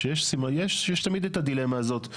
יש תמיד את הדילמה הזאת,